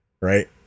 Right